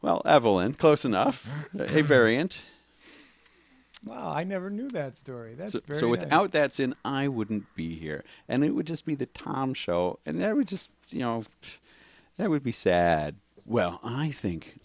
well evelyn close enough a variant well i never knew that story that's so without that's in i wouldn't be here and it would just be the tom show and that would just you know that would be sad well i think